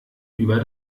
über